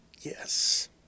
Yes